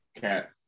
cat